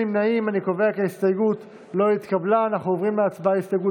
ההסתייגות (126) של קבוצת סיעת הליכוד,